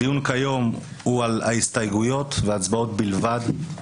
הדיון כיום הוא על הסתייגויות ועל הצבעות בלבד.